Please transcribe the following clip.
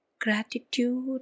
gratitude